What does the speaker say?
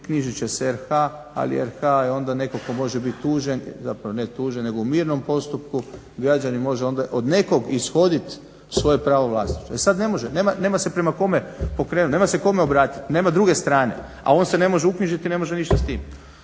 knjižit će se RH, ali onda je RH netko tko može biti tužen zapravo ne tužen nego u mirnom postupku, građanin onda može od nekog ishoditi svoje pravo vlasništva. E sada ne može, nema se prema kome pokrenuti, nema se kome obratiti, nema druge strane, a on se ne može uknjižiti i ne može ništa s tim.